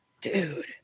Dude